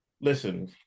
listen